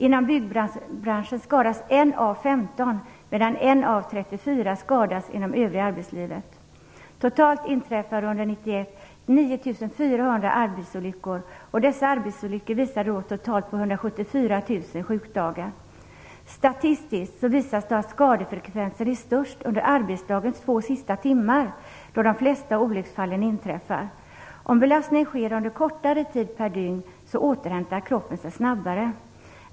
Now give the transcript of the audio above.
Inom byggbranschen skadas 1 av 15, medan 1 av 34 skadas inom övriga arbetslivet. Totalt inträffade 9 400 arbetsolyckor år 1991. Dessa arbetsolyckor resulterade i totalt 174 000 sjukdagar. Statistiskt visas att skadefrekvensen är störst under arbetsdagens två sista timmar, då de flesta olycksfallen inträffar. Om belastningar sker under kortare tid per dygn återhämtar sig kroppen snabbare.